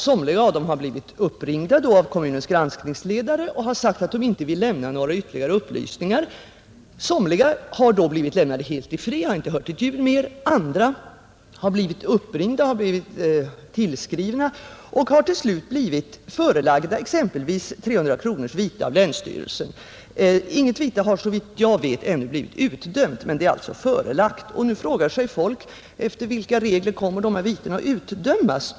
Somliga av dem har då blivit uppringda av kommunens granskningsledare och har svarat att de inte vill lämna några ytterligare upplysningar. Några har då blivit lämnade helt i fred och inte hört ett ljud mer. Andra har blivit tillskrivna och har till slut blivit förelagda exempelvis 300 kronors vite av länsstyrelsen. Inget vite har såvitt jag vet ännu blivit utdömt men det är alltså förelagt, och nu frågar sig folk: Efter vilka regler kommer dessa viten att utdömas?